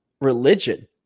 religion